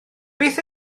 beth